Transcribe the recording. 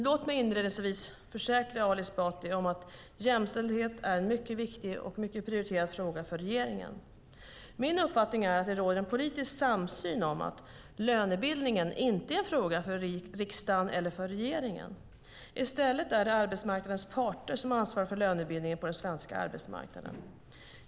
Låt mig inledningsvis försäkra Ali Esbati om att jämställdhet är en mycket viktig och prioriterad fråga för regeringen. Min uppfattning är att det råder en politisk samsyn om att lönebildningen inte är en fråga för riksdag eller regering. I stället är det arbetsmarknadens parter som ansvarar för lönebildningen på den svenska arbetsmarknaden.